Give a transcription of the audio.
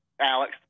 Alex